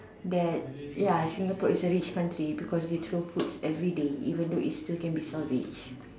that ya Singapore is a rich country because they throw foods everyday even though it still can be salvaged